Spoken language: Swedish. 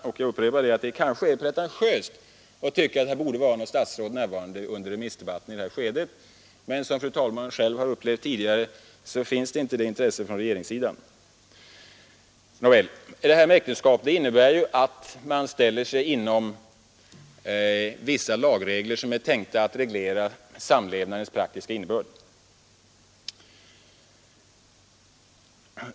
Jag vill upprepa att det kanske är pretentiöst att tycka att det borde vara något statsråd närvarande under detta skede av remissdebatten, men som fru talmannen själv upplevt tidigare finns det inget intresse från regeringen att lyssna. Äktenskapet innebär som sagt att man ställer sig inom vissa lagregler, som är tänkta att reglera samlevnadens praktiska innebörd.